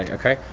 ah okay?